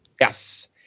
Yes